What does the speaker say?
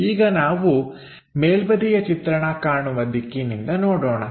ಈಗ ನಾವು ಮೇಲ್ಬದಿಯ ಚಿತ್ರಣ ಕಾಣುವ ದಿಕ್ಕಿನಿಂದ ನೋಡೋಣ